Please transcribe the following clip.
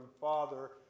father